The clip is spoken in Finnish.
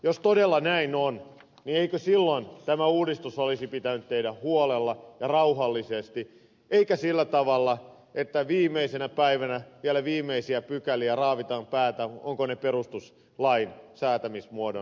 jos todella näin on niin eikö silloin tämä uudistus olisi pitänyt tehdä huolella ja rauhallisesti eikä sillä tavalla että viimeisenä päivänä vielä viimeisistä pykälistä raavitaan päätä ovatko ne perustuslain säätämisjärjestystä vaativia